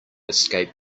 escape